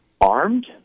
armed